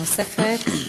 נוספת,